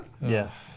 Yes